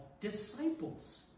disciples